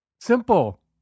Simple